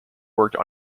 worked